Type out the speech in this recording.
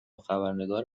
خبرنگار